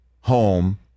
home